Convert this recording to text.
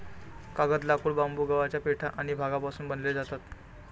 कागद, लाकूड, बांबू, गव्हाचा पेंढा आणि भांगापासून बनवले जातो